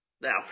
Now